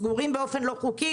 סגורים באופן לא חוקי,